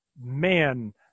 man